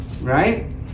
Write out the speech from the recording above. right